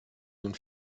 nun